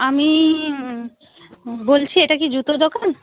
আমি বলছি এটা কি জুতো দোকান